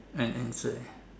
an answer